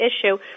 issue –